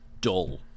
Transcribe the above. dull